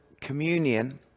communion